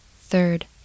third